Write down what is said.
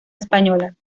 española